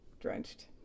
drenched